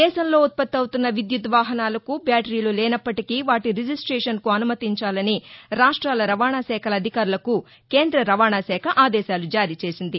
దేశంలో ఉత్పత్తి అవుతున్న విద్యుత్ వాహనాలకు బ్యాటరీలు లేనప్పటికీ వాటి రిజిస్లేషన్కు అనుమతించాలని రాష్ట్రాల రవాణాశాఖల అధికారులకు కేంద్ర రవాణాశాఖ ఆదేశాలు జారీ చేసింది